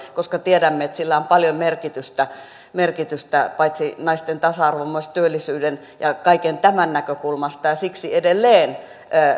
koska tiedämme että sillä on paljon merkitystä merkitystä paitsi naisten tasa arvon niin myös työllisyyden ja kaiken tämän näkökulmasta siksi edelleen